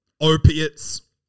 opiates